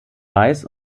weiß